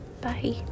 Bye